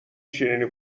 شیرینی